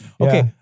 Okay